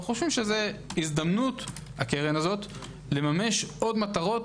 ואנו חושבים שהקרן הזו היא הזדמנות לממש עוד מטרות